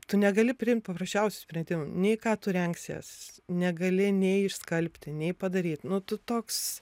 tu negali priimt paprasčiausių sprendimų nei ką tu rengsies negali nei išskalbti nei padaryt nu tu toks